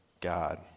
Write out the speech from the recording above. God